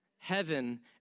Heaven